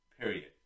period